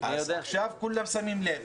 אז עכשיו כולם שמים לב.